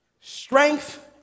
Strength